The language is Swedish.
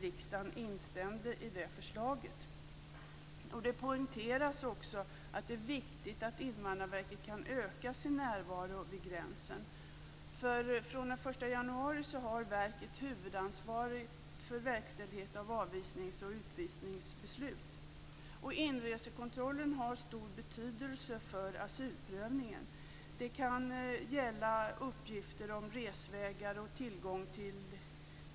Riksdagen instämde i det förslaget. Det poängteras också att det är viktigt att Invandrarverket kan öka sin närvaro vid gränsen. Från den 1 januari har verket huvudansvaret för verkställighet av avvisnings och utvisningsbeslut. Inresekontrollen har stor betydelse för asylprövningen. Det kan gälla uppgifter om resvägar och tillgång till